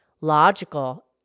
logical